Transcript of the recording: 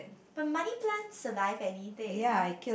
but money plant survive anything